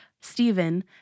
Stephen